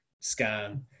scan